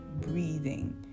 breathing